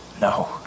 No